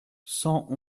cent